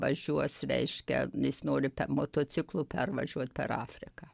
važiuos reiškia jis nori motociklu pervažiuot per afriką